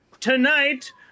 tonight